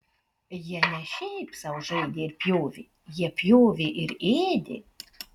jie ne šiaip sau žaidė ir pjovė jie pjovė ir ėdė